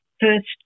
first